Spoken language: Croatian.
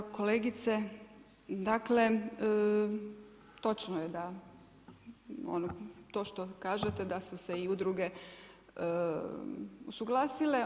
Kolegice dakle točno je da to što kažete da su se i udruge usuglasile.